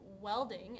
welding